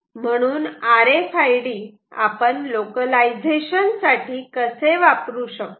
आणि म्हणून R F I D आपण लोकलायझेशन साठी कसे वापरू शकतो